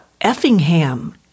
Effingham